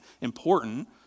important